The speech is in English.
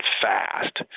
fast